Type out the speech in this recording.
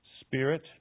spirit